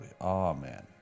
Amen